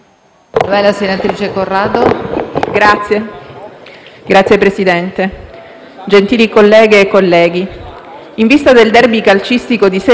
Gli spettatori sono però rimasti allibiti nel sentire che il primo romanzo, del 2012 e ripubblicato l'anno scorso, s'intitola «Zio Luigi, l'ultimo uomo d'onore».